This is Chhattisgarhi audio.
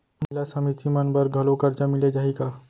महिला समिति मन बर घलो करजा मिले जाही का?